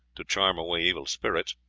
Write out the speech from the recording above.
to charm away evil spirits.